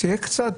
אני חושב